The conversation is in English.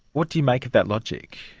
what do you make of that logic?